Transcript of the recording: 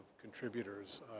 contributors